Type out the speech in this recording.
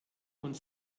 und